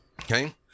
Okay